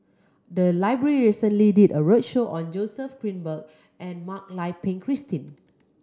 the library recently did a roadshow on Joseph Grimberg and Mak Lai Peng Christine